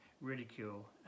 ridicule